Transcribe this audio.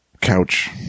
couch